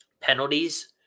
penalties